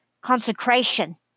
consecration